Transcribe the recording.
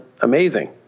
amazing